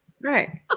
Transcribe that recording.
Right